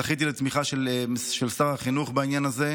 זכיתי לתמיכה של שר החינוך בעניין הזה.